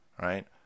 right